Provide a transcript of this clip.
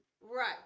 right